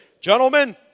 gentlemen